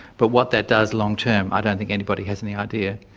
but what that does long-term i don't think anybody has any idea.